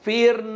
Fear